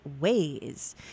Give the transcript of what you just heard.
ways